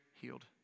healed